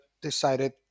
decided